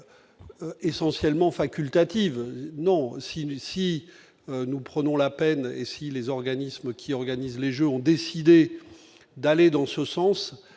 essentiellement facultatives non 6, si nous prenons la peine et si les organismes qui organise les Jeux ont décidé d'aller dans ce sens,